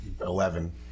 Eleven